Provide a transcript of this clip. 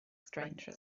stranger